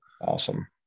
awesome